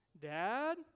dad